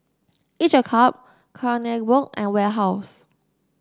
each a cup Kronenbourg and Warehouse